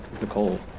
Nicole